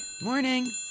Morning